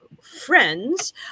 friends